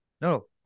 no